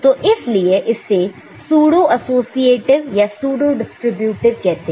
तो इसलिए इससे सूडो एसोसिएटीव या सूडो डिस्ट्रीब्यूटीव कहते हैं